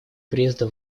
приезда